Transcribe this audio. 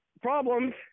problems